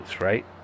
right